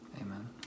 Amen